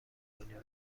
کنین